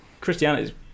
Christianity